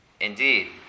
Indeed